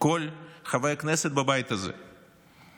כל חבר כנסת בבית הזה.